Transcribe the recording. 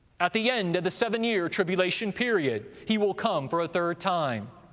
at the end of the seven-year tribulation period he will come for a third time,